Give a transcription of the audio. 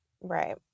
Right